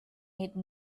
made